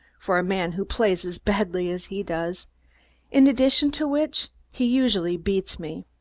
for a man who plays as badly as he does in addition to which he usually beats me.